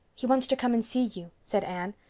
he wants to come and see you, said anne.